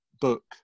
book